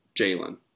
Jalen